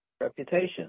Reputation